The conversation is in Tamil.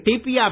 டிபிஆர்